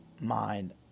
mind